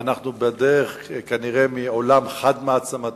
ואנחנו כנראה בדרך מעולם חד-מעצמתי